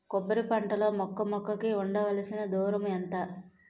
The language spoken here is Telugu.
కొబ్బరి పంట లో మొక్క మొక్క కి ఉండవలసిన దూరం ఎంత